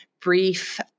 brief